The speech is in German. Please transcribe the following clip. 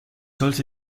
sollte